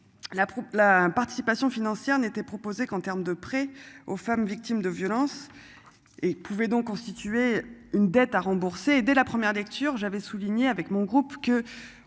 la participation financière n'était proposée qu'en terme de près aux femmes victimes de violences. Et pouvait donc constituer une dette à rembourser, dès la première lecture, j'avais souligné avec mon groupe que